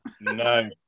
No